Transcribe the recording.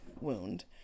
wound